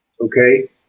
okay